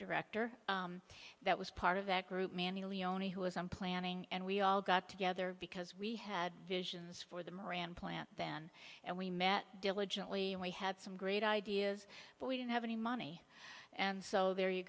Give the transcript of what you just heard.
director that was part of that group mandy leoni who was i'm planning and we all got together because we had visions for the moran plant then and we met diligently and we had some great ideas but we didn't have any money and so there you